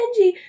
Benji